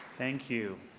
thank you.